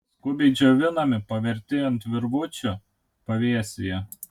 skubiai džiovinami paverti ant virvučių pavėsyje